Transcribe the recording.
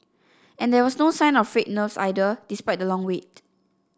and there was no sign of frayed nerves either despite the long wait